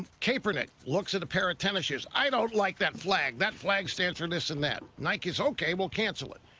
kaepernick, looks at a pair of tennis shoes. i don't like the flag. that flag stands for this and that. nike says okay. we'll cancel it.